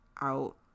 out